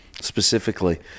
specifically